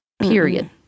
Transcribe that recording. period